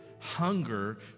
Hunger